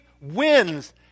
wins